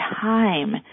time